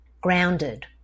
grounded